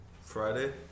Friday